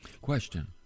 Question